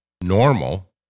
normal